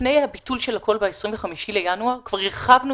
לפני הביטול של הכל ב-25 בינואר הרחבנו